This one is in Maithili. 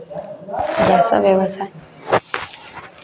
जतय व्यवस्था